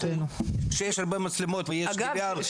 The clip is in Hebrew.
כשיש הרבה מצלמות ויש DVR --- אגב,